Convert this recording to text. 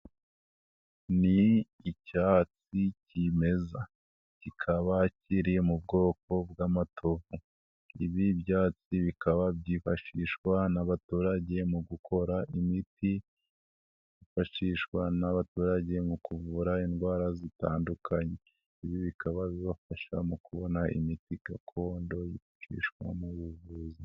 Ni icyatsi kimeza, kikaba kiri mu bwoko bw'amatovu, ibi byatsi bikaba byifashishwa n'abaturage mu gukora imiti, byifashishwa n'abaturage mu kuvura indwara zitandukanye, ibi bikaba bibafasha mu kubona imiti gakondo icishwa mu buvuzi.